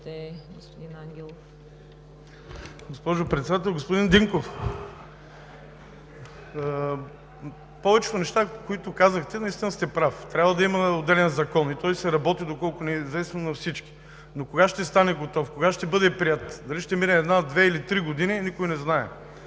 АНГЕЛОВ (ОП): Госпожо Председател! Господин Динков, за повечето неща, които казахте, наистина сте прав – трябва да има отделен закон и той се работи, доколкото ни е известно на всички. Но кога ще стане готов, кога ще бъде приет, дали ще минат една, две или три години, никой не знае.